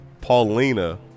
Paulina